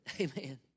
Amen